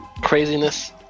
Craziness